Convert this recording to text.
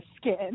skin